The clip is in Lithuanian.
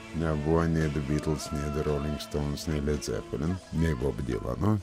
nebuvo nei the beatles nei the rolling stones nei led zeppelin nei bob dylano